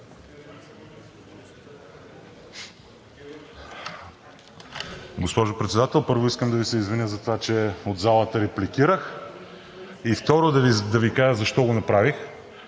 Госпожо Председател, първо, искам да Ви се извиня за това, че от залата репликирах. И второ, да Ви кажа защо го направих.